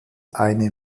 eine